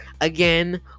again